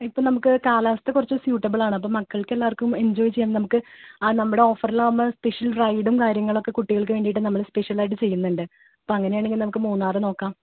ഇപ്പം നമുക്ക് കാലാവസ്ഥ കുറച്ച് സ്യൂട്ടബിൾ ആണ് അപ്പം മക്കൾക്ക് എല്ലാവർക്കും എൻജോയ് ചെയ്യാം നമുക്ക് ആ നമ്മുടെ ഓഫറിലാകുമ്പോൾ സ്പെഷ്യൽ റൈഡും കാര്യങ്ങളുമൊക്കെ കുട്ടികൾക്ക് വേണ്ടിയിട്ട് നമ്മൾ സ്പെഷ്യലായിട്ട് ചെയ്യുന്നുണ്ട് അപ്പം അങ്ങനെയാണെങ്കിൽ നമുക്ക് മൂന്നാർ നോക്കാം